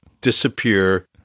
disappear –